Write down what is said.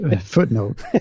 footnote